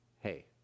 hey